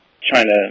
China